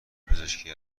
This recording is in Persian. پزشکی